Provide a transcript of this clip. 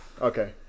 Okay